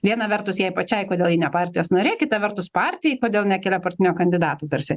viena vertus jai pačiai kodėl ji ne partijos narė kita vertus partijai todėl nekelia partinio kandidato tarsi